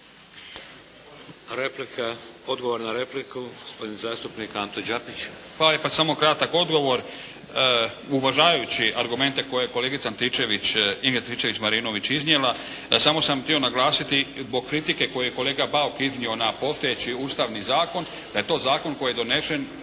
Replika, odgovor na repliku, gospodin zastupnik Anto Đapić. **Đapić, Anto (HSP)** Hvala lijepa. Samo kratak odgovor. Uvažavajući argumente koje je kolegica Antičević, Ingrid Antičević-Marinović iznijela samo sam htio naglasiti zbog kritike koju je kolega Bauk iznio na postojeći Ustavni zakon, da je to zakon koji je donesen